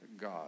God